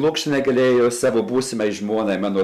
lukša negalėjo savo būsimai žmonai mano